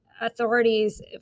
authorities